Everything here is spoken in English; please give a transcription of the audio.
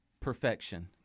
perfection